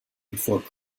before